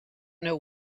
know